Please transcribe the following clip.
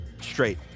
straight